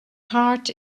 heart